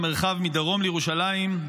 היא המרחב מדרום לירושלים,